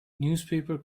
newspaper